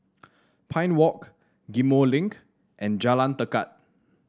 Pine Walk Ghim Moh Link and Jalan Tekad